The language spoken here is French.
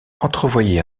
entrevoyait